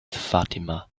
fatima